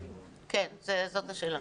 כן, זאת השאלה.